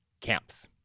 camps